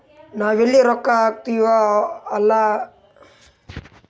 ನಾವ್ ಎಲ್ಲಿ ರೊಕ್ಕಾ ಹಾಕ್ತಿವ್ ಅಲ್ಲ ಫೈದಾ ಆಗ್ಲಿ ಅಂತ್ ಅದ್ದುಕ ಪರ್ಸನಲ್ ಫೈನಾನ್ಸ್ ಅಂತಾರ್